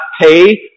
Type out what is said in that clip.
pay